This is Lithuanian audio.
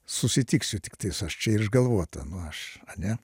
susitiksiu tiktais aš čia išgalvotą aš ane